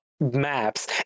maps